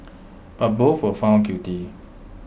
but both were found guilty